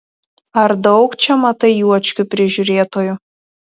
ar daug čia matai juočkių prižiūrėtojų